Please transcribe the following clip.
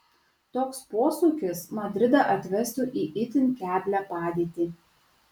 toks posūkis madridą atvestų į itin keblią padėtį